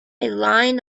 line